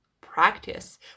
practice